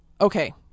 Okay